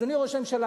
אדוני ראש הממשלה,